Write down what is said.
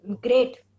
Great